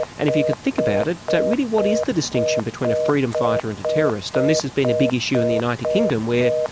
and if you could think about it, really what is the distinction between a freedom fighter and a terrorist? and this has been a big issue in the united kingdom, where,